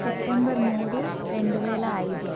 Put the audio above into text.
September మూడు రెండు వేల ఐదు